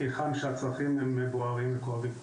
היכן שהצרכים הם בוערים וכואבים.